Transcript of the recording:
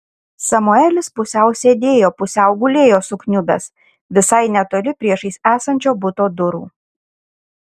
samuelis pusiau sėdėjo pusiau gulėjo sukniubęs visai netoli priešais esančio buto durų